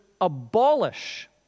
abolish